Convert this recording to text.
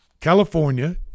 California